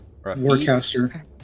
Warcaster